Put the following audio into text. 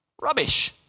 Rubbish